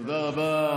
תודה רבה.